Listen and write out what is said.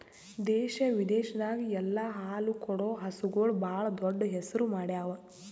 ದೇಶ ವಿದೇಶದಾಗ್ ಎಲ್ಲ ಹಾಲು ಕೊಡೋ ಹಸುಗೂಳ್ ಭಾಳ್ ದೊಡ್ಡ್ ಹೆಸರು ಮಾಡ್ಯಾವು